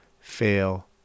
fail